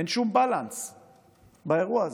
אין שום balance באירוע הזה.